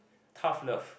tough love